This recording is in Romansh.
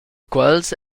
quels